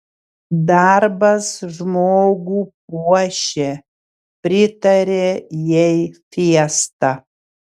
darbas žmogų puošia pritarė jai fiesta